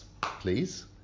please